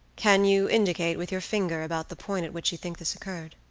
can you indicate with your finger about the point at which you think this occurred?